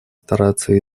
стараться